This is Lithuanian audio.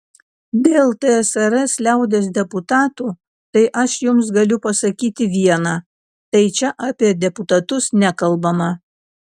dėl tsrs liaudies deputatų tai aš jums galiu pasakyti viena tai čia apie deputatus nekalbama